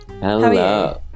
Hello